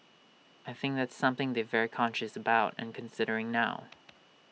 I think that's something they've very conscious about and considering now